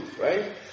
right